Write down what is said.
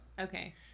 Okay